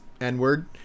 N-word